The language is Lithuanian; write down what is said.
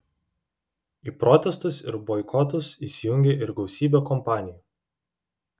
į protestus ir boikotus įsijungė ir gausybė kompanijų